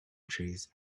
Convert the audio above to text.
trees